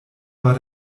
war